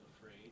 afraid